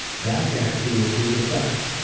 that's actually a proven effect,